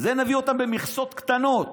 נביא אותם במכסות קטנות.